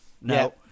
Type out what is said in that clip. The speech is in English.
No